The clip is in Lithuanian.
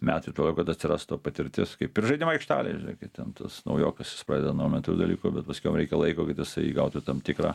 metų tuo labiau kad atsirastų patirtis kaip ir žaidimų aikštelėj žinai kaip ten tas naujokas jis pradeda nuo elementarių dalykų bet paskiaujam reikia laiko kad jisai įgautų tam tikrą